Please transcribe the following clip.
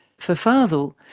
for fazel,